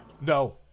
No